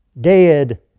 dead